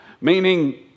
meaning